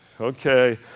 Okay